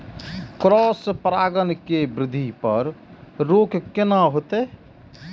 Cross परागण के वृद्धि पर रोक केना होयत?